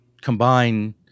combine